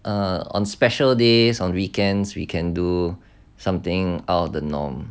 uh on special days on weekends we can do something out of the norm